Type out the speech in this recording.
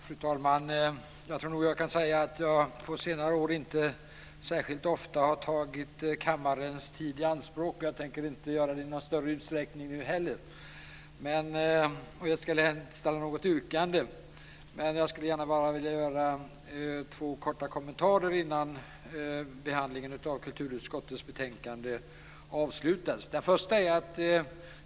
Fru talman! Jag tror nog att jag kan säga att jag på senare år inte särskilt ofta har tagit kammarens tid i anspråk, och jag tänker inte göra det i någon större utsträckning nu heller. Jag har inte något yrkande, men jag skulle gärna vilja göra två korta kommentarer innan behandlingen av detta betänkande från kulturutskottet avslutas.